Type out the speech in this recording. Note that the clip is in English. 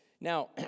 Now